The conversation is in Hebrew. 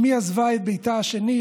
אימי עזבה את ביתה השני,